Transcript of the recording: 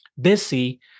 busy